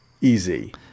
Easy